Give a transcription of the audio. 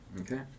Okay